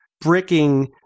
bricking